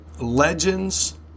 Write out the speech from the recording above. legends